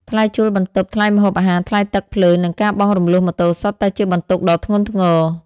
ថ្លៃជួលបន្ទប់ ថ្លៃម្ហូបអាហារ ថ្លៃទឹក ភ្លើង និងការបង់រំលោះម៉ូតូសុទ្ធតែជាបន្ទុកដ៏ធ្ងន់ធ្ងរ។